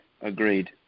Agreed